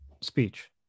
speech